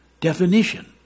definition